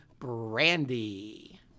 brandy